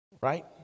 right